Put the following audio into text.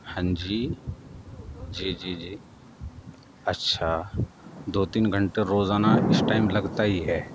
ہاں جی جی جی جی اچھا دو تین گھنٹے روزانہ اس ٹائم لگتا ہی ہے